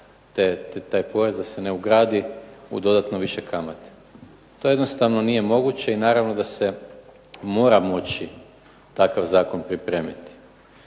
taj porez da se ne ugradi u dodatno više kamate. To jednostavno nije moguće i naravno da se mora moći takav zakon pripremiti.